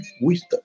wisdom